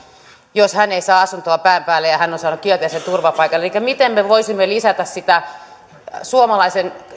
jos hän ei saa asuntoa pään päälle ja hän on saanut kielteisen turvapaikan elikkä miten me voisimme lisätä sitä suomalaisen